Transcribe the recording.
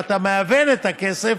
ואתה מהוון את הכסף,